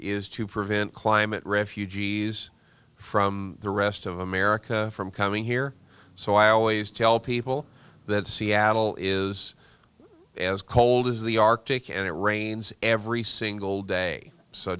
is to prevent climate refugees from the rest of america from coming here so i always tell people that seattle is as cold as the arctic and it rains every single day so